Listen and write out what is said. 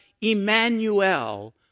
Emmanuel